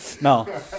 No